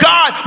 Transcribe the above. God